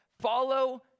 follow